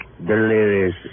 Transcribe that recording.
Delirious